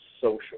social